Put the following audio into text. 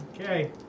Okay